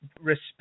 respect